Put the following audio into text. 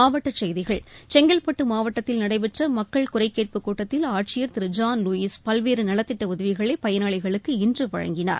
மாவட்ட செய்திகள் செங்கல்பட்டு மாவட்டத்தில் நடைபெற்ற மக்கள் குறை கேட்பு கூட்டத்தில் ஆட்சியர் திரு ஜாள் லூயிஸ் பல்வேறு நலத்திட்ட உதவிகளை பயனாளிகளுக்கு இன்று வழங்கினார்